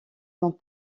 dans